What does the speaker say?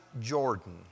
Jordan